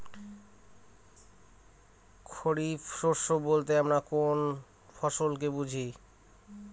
খরিফ শস্য বলতে আমরা কোন কোন ফসল কে বুঝি?